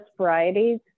varieties